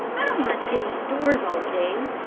i don't want to stay indoors all day.